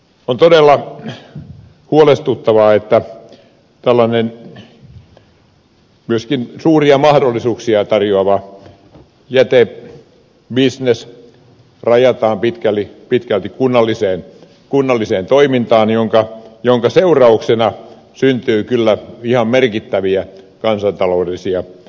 on todella huolestuttavaa että tällainen myöskin suuria mahdollisuuksia tarjoava jätebisnes rajataan pitkälti kunnalliseen toimintaan minkä seurauksena syntyy kyllä ihan merkittäviä kansantaloudellisia menetyksiä